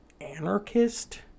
anarchist